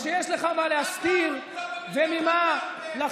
ככה זה נראה כשיש לך מה להסתיר וממה לחשוש.